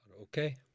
Okay